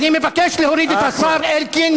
מבקש, וגם להרחיק אותך מפה.